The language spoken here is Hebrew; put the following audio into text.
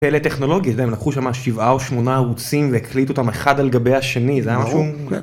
פלא טכנולוגי הם לקחו שבעה או שמונה ערוצים והקליטו אותם אחד על גבי השני.